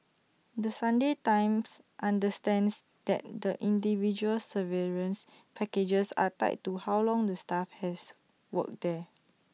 the Sunday times understands that the individual severance packages are tied to how long the staff has worked there